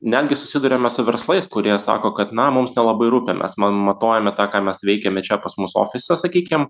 netgi susiduriama su verslais kurie sako kad na mums nelabai rūpi mes matuojame tą ką mes veikiame čia pas mus ofise sakykim